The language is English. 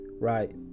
Right